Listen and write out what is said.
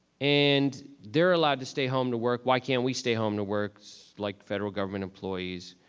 and they're allowed to stay home to work, why can't we stay home to work like federal government employees?